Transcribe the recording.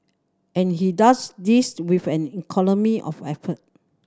and he does this with an economy of effort